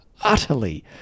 utterly